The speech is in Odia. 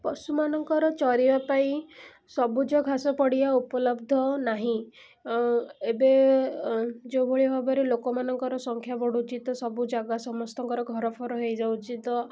ପଶୁମାନଙ୍କର ଚରିବା ପାଇଁ ସବୁଜ ଘାସ ପଡ଼ିଆ ଉପଲବ୍ଧ ନାହିଁ ଏବେ ଯେଉଁଭଳି ଭାବରେ ଲୋକମାନଙ୍କର ସଂଖ୍ୟା ବଢ଼ୁଛି ତ ସବୁ ଜାଗା ସମସ୍ତଙ୍କର ଘର ଫର ହେଇଯାଉଛି ତ